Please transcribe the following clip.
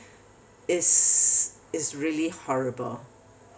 is is really horrible